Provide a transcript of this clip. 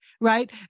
right